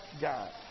God